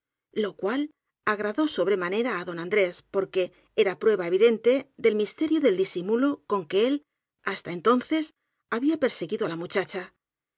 lo cual agradó sobremanera á don andrés porque era prueba evidente del misterio y del disimulo con que él hasta entonces había perseguido á la